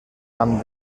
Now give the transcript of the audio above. amb